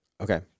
Okay